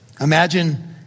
Imagine